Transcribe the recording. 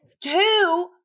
Two-